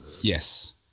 Yes